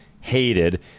hated